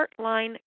Heartline